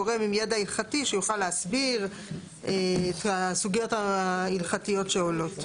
שיוכל להסביר את הסוגיות ההלכתיות שעולות.